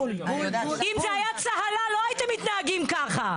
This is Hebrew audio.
אם זה היה צהלה לא הייתם מתנהגים ככה.